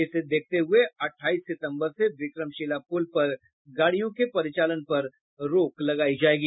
इसको देखते हुये अठाईस सितंबर से विक्रमशिला पुल पर गाड़ियों के परिचालन पर रोक लगायी जायेगी